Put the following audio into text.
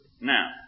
Now